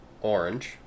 orange